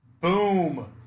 Boom